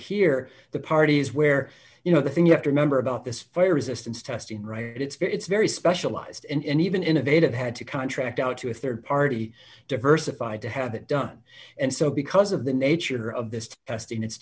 here the parties where you know the thing you have to remember about this fire resistance testing right it's very it's very specialized and even innovative had to contract out to a rd party diversified to have it done and so because of the nature of this to rest in it's